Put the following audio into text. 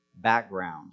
Background